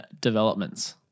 developments